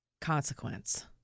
consequence